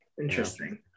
interesting